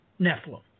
Nephilim